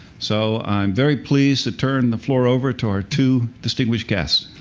so i'm very pleased to turn the floor over to our two distinguished guests.